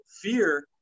fear